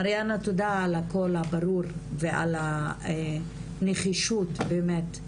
מריאנה תודה על הקול הברור ועל הנחישות באמת,